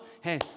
hey